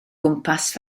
gwmpas